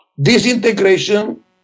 Disintegration